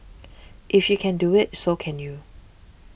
if she can do it so can you